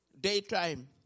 daytime